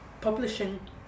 publishing